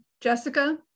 Jessica